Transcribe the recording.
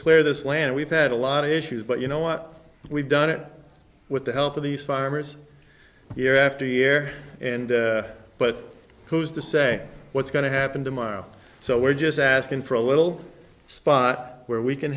clear this land we've had a lot of issues but you know what we've done it with the help of these farmers year after year and but who's to say what's going to happen tomorrow so we're just asking for a little spot where we can